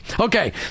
Okay